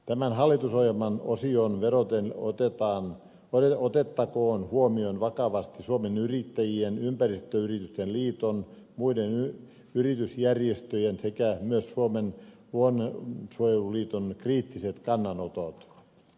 tähän hallitusohjelman osioon vedoten otettakoon huomioon vakavasti suomen yrittäjien ympäristöyritysten liiton muiden yritysjärjestöjen sekä myös suomen luonnonsuojeluliiton kriittiset kannanotot